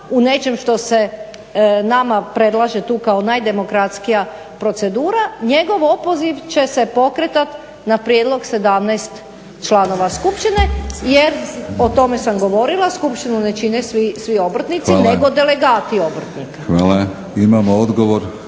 Hvala i vama. Imamo odgovor